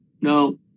no